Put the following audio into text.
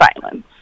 violence